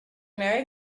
merry